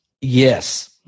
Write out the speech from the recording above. Yes